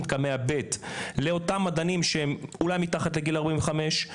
קמ"ע ב' לאותם מדענים שהם אולי מתחת לגיל 45,